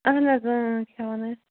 اَہن حظ اۭں اۭں کھیٚوان حظ